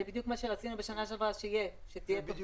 זה בדיוק מה שרצינו בשנה שעברה, שתהיה תוכנית.